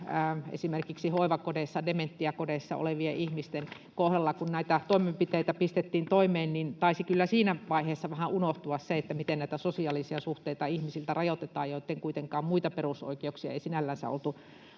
esimerkiksi hoivakodeissa ja dementiakodeissa olevien ihmisten — kohdalla näitä toimenpiteitä pistettiin toimeen, niin taisi kyllä siinä vaiheessa vähän unohtua se, miten näitä sosiaalisia suhteita ihmisiltä rajoitetaan, vaikka kuitenkaan muita perusoikeuksia ei sinällänsä oltu